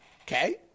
Okay